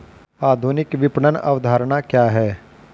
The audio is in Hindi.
आधुनिक विपणन अवधारणा क्या है?